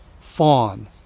Fawn